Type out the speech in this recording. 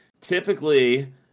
typically